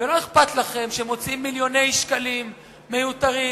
ולא אכפת לכם שמוציאים מיליוני שקלים מיותרים